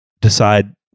decide